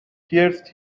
pierced